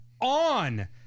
on